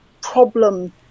problem